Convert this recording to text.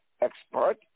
expert